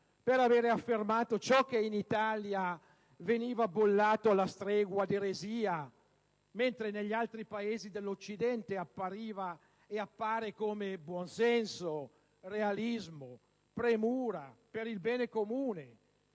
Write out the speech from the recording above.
per aver affermato ciò che in Italia veniva bollato alla stregua di eresia, mentre negli altri Paesi dell'Occidente appariva e appare come buonsenso, realismo, premura per il bene comune,